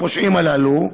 הפושעים הללו,